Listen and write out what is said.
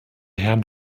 herrn